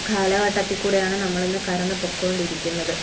കാലഘട്ടത്തി കൂടെയാണ് നമ്മളിന്ന് കടന്ന് പൊക്കൊണ്ടിരിക്കുന്നത്